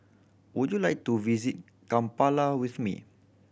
would you like to visit Kampala with me